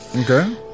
Okay